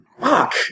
Fuck